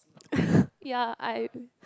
ya I